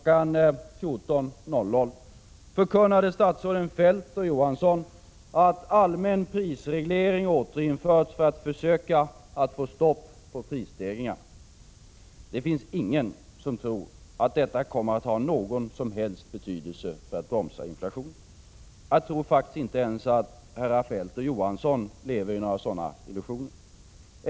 14.00 förkunnade statsråden Feldt och Johansson att allmän prisreglering återinförts för att man skall försöka att få stopp på prisstegringarna. Det finns ingen som tror att detta kommer att ha någon som helst betydelse för att bromsa inflationen. Jag tror faktiskt att inte ens herrarna Feldt och Johansson lever i några sådana illusioner.